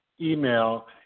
email